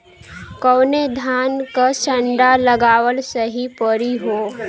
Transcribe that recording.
कवने धान क संन्डा लगावल सही परी हो?